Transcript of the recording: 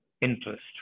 interest